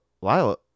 Lila